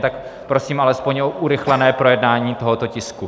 Tak prosím alespoň o urychlené projednání tohoto tisku.